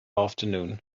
afternoon